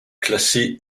classé